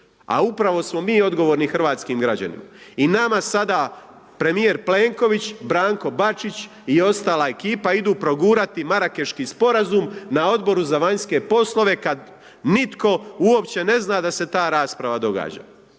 A upravo smo mi odgovorni hrvatskim građanima i nama sada premijer Plenković, Branko Bačić, i ostala ekipa idu progurati Marakeški Sporazum na Odboru za vanjske poslove kad nitko uopće ne zna da se ta rasprava događa.